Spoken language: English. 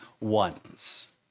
ones